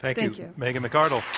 thank you. megan mcardle.